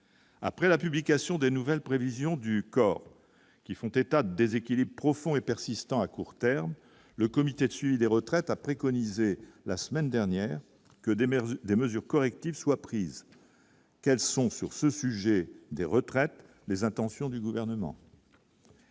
Après la publication des nouvelles prévisions du COR, qui font état déséquilibre profond et persistant à court terme, le comité de suivi des retraites a préconisé la semaine dernière que des maires, des mesures correctives soient prises, elles sont sur ce sujet des retraites, les intentions du gouvernement.